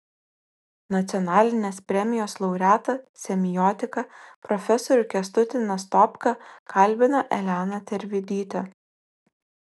nacionalinės premijos laureatą semiotiką profesorių kęstutį nastopką kalbina elena tervidytė